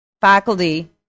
faculty